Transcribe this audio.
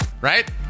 Right